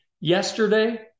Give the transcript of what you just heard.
yesterday